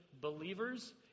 believers